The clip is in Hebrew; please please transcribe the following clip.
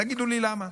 תגידו לי למה?